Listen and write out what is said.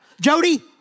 Jody